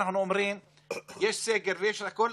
כנס מיוחד הישיבה השמונים-ושלוש של הכנסת העשרים-ושלוש יום שלישי,